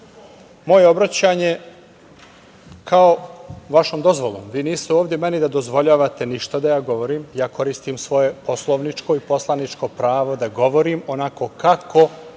moje obraćanje kao vašom dozvolom. Vi niste ovde meni da dozvoljavate ništa da ja govorim, ja koristim svoje poslovničko i poslaničko pravo da govorim onako kako